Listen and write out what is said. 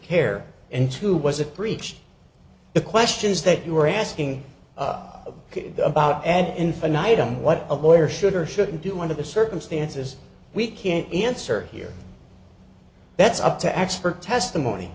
care and two was a breach the questions that you were asking about ad infinitum what a lawyer should or shouldn't do under the circumstances we can't answer here that's up to expert testimony